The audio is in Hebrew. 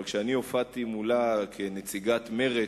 אבל כשאני הופעתי מולה כנציגת מרצ,